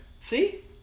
See